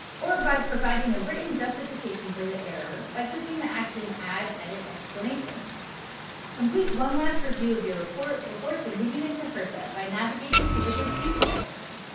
or by providing a written justification for the error by clicking the action, add edit explanation complete one last review of your report before submitting it to hrsa by navigating to the review section.